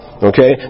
Okay